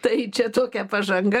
tai čia tokia pažanga